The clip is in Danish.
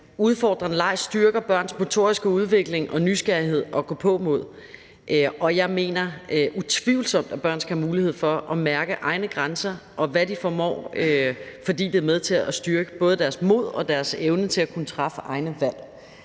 Udfordrende leg styrker børns motoriske udvikling, nysgerrighed og gåpåmod, og jeg mener utvivlsomt, at børn skal have en mulighed for at mærke egne grænser, og hvad de formår, fordi det både er med til at styrke deres mod og deres evne til at kunne træffe egne valg.